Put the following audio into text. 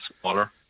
smaller